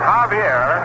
Javier